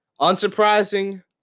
Unsurprising